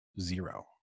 zero